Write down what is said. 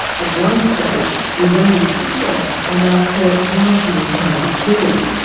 at one stage he rang his sister and asked her why she was trying to kill him.